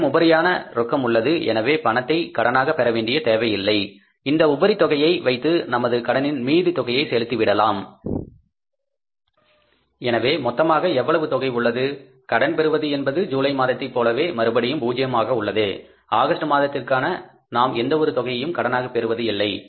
நம்மிடம் உபரியான ரொக்கம் உள்ளது எனவே பணத்தை கடனாகப் பெற வேண்டிய தேவையில்லை இந்த உபரி தொகையை வைத்து நமது கடனின் மீதி தொகையை செலுத்தி விடலாம் எனவே மொத்தமாக எவ்வளவு தொகை உள்ளது கடன் பெறுவது என்பது ஜூலை மாதத்தை போலவே மறுபடியும் பூஜ்யமாக உள்ளது ஆகஸ்ட் மாதத்திற்காக நாம் எந்த ஒரு தொகையையும் கடனாக பெறுவது இல்லை